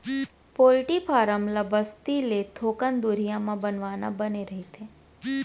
poultry farm ल बस्ती ले थोकन दुरिहा म बनवाना बने रहिथे